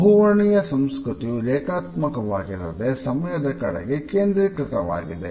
ಬಹುವರ್ಣೀಯ ಸಂಸ್ಕೃತಿಯು ರೇಖಾತ್ಮಕವಾಗಿರದೆ ಸಮಯದ ಕಡೆಗೆ ಕೇಂದ್ರೀಕೃತವಾಗಿದೆ